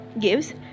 Gives